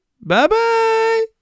Bye-bye